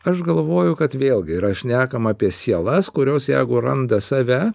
aš galvoju kad vėlgi yra šnekama apie sielas kurios jeigu randa save